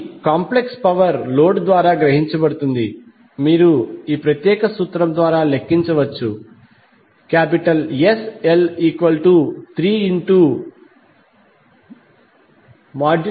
కాబట్టి complex power load ద్వారా గ్రహించబడుతుంది మీరు ఈ ప్రత్యేక సూత్రం ద్వారా లెక్కించవచ్చు SL3Ip2Zp36